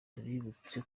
tubibutse